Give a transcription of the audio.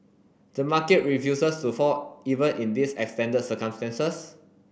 the market refuses to fall even in these extended circumstances